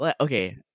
Okay